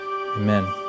Amen